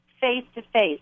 face-to-face